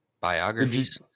biographies